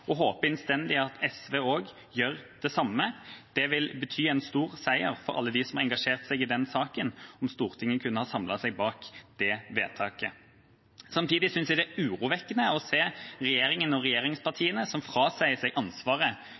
og håper innstendig at SV også gjør det samme. Det ville bety en stor seier for alle dem som har engasjert seg i denne saken om Stortinget kunne ha samlet seg bak det vedtaket. Samtidig synes jeg det er urovekkende å se regjeringen og regjeringspartiene, som frasier seg ansvaret